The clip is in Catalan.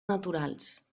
naturals